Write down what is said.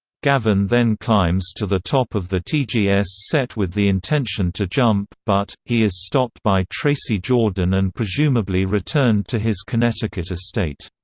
gavin then climbs to the top of the tgs set with the intention to jump, but, he is stopped by tracy jordan and presumably returned to his connecticut estate.